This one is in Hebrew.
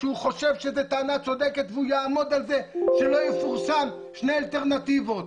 שהוא חושב שזה טענה צודקת והוא יעמוד על זה שלא יפורסם שני דרכים.